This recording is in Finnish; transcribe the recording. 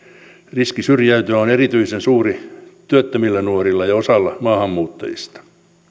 riski syrjäytyä on erityisen suuri työttömillä nuorilla ja osalla maahanmuuttajista